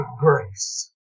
grace